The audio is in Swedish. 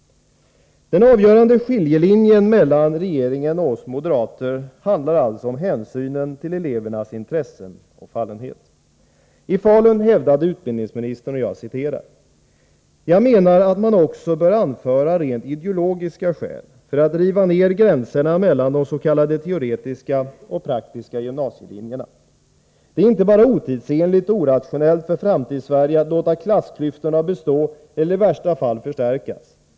Den avgörande skiljelinjen mellan regeringen och oss moderater handlar alltså om hänsynen till elevernas intressen och fallenheter. I Falun hävdade utbildningsministern: ”Jag menar att man också bör anföra rent ideologiska skäl för att riva ner gränserna mellan de s.k. teoretiska och praktiska gymnasielinjerna. Det är inte bara otidsenligt och orationellt för Framtidssverige att låta klassklyftorna bestå eller i värsta fall förstärkas.